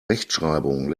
rechtschreibung